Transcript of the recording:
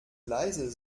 leise